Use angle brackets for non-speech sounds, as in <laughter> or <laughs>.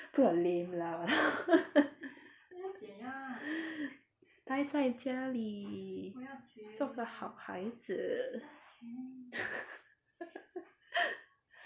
不要 lame lah <laughs> 呆在家里做个好孩子 <laughs>